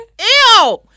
Ew